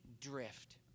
drift